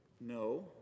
No